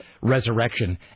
resurrection